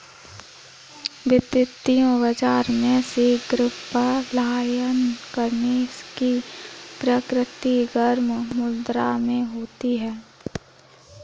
वित्तीय बाजार में शीघ्र पलायन करने की प्रवृत्ति गर्म मुद्रा में होती है